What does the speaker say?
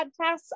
podcasts